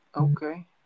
okay